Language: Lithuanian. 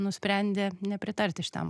nusprendė nepritarti šitam